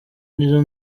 nizo